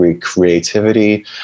creativity